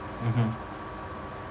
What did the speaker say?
mmhmm